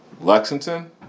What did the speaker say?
Lexington